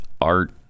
Art